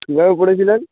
কীভাবে পড়েছিলেন